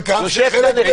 חלק מהם